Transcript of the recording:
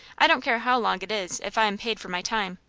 i don't care how long it is if i am paid for my time.